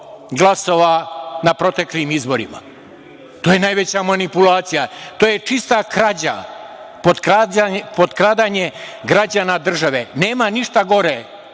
glasova na proteklim izborima. To je najveća manipulacija, to je čista krađa, potkradanje građana države. Nema ništa gore